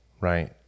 right